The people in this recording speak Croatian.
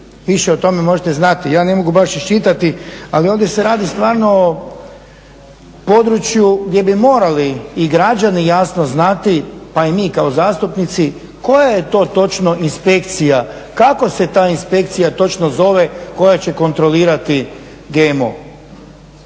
više o tome možete znati. Ja ne mogu baš iščitati, ali ovdje se radi stvarno o području gdje bi morali i građani jasno znati pa i mi kao zastupnici koja je to točno inspekcija, kako se ta inspekcija točno zove koja će kontrolirati GMO.